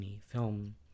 film